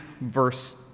verse